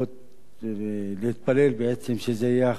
ולהתפלל בעצם, שזה יהיה החלל האחרון,